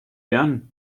done